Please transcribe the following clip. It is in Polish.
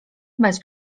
bez